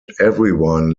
everyone